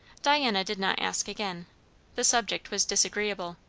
diana did not ask again the subject was disagreeable.